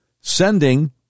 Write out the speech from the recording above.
sending